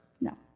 No